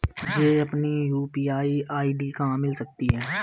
मुझे अपनी UPI ID कहां मिल सकती है?